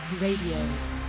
Radio